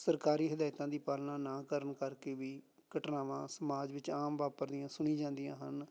ਸਰਕਾਰੀ ਹਦਾਇਤਾਂ ਦੀ ਪਾਲਣਾ ਨਾ ਕਰਨ ਕਰਕੇ ਵੀ ਘਟਨਾਵਾਂ ਸਮਾਜ ਵਿੱਚ ਆਮ ਵਾਪਰਦੀਆਂ ਸੁਣੀ ਜਾਂਦੀਆਂ ਹਨ